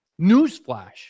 Newsflash